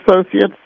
Associates